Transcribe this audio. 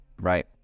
right